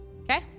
okay